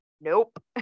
nope